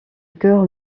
cœur